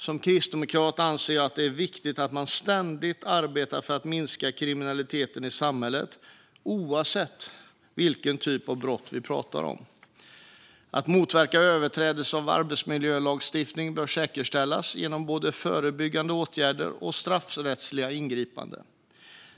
Som kristdemokrat anser jag att det är viktigt att man ständigt arbetar för att minska kriminaliteten i samhället, oavsett vilken typ av brott vi pratar om. Att motverka överträdelser av arbetsmiljölagstiftningen bör ske genom både förebyggande åtgärder och straffrättsliga ingripanden.